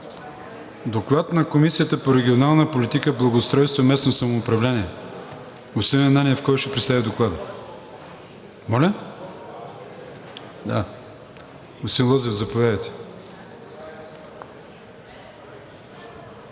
Доклад на Комисията по регионална политика, благоустройство и местно самоуправление. Господин Ананиев, кой ще представи Доклада? Господин Лозев, заповядайте,